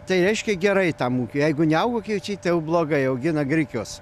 tai reiškia gerai tam ūkiui jeigu neauga kviečiai tai jau blogai augina grikius